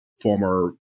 former